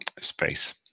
space